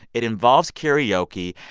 it involves karaoke.